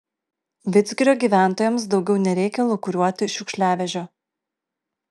vidzgirio gyventojams daugiau nereikia lūkuriuoti šiukšliavežio